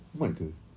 muat ke